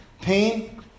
pain